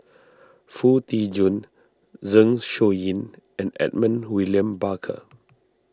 Foo Tee Jun Zeng Shouyin and Edmund William Barker